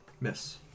Miss